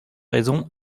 raisons